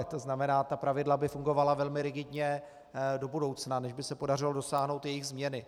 To znamená, ta pravidla by fungovala velmi rigidně do budoucna, než by se podařilo dosáhnout jejich změny.